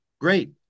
Great